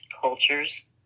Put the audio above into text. cultures